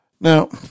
Now